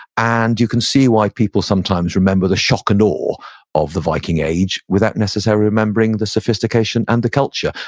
and you can see why people sometimes remember the shock and awe of the viking age without necessarily remembering the sophistication and the culture.